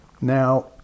Now